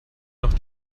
noch